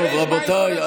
רבותיי,